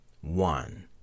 one